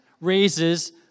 raises